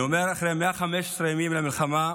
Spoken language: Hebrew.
אני אומר לכם, 115 ימים למלחמה,